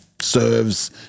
serves